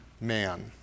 man